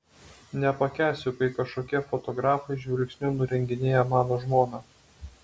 nepakęsiu kai kažkokie fotografai žvilgsniu nurenginėja mano žmoną